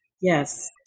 Yes